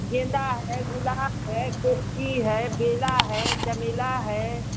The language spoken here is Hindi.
गेंदा है गुलाब हैं बेला है चमेला है